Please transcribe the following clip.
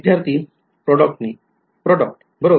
विध्यार्थी product product बरोबर